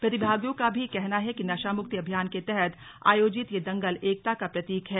प्रतिभागियों का भी कहना है कि नशामुक्ति अभियान के तहत आयोजित यह दंगल एकता का प्रतीक है